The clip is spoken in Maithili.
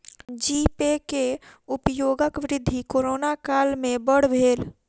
जी पे के उपयोगक वृद्धि कोरोना काल में बड़ भेल